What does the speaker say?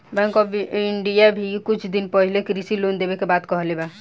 bank of India भी कुछ दिन पाहिले कृषि लोन देवे के बात कहले बा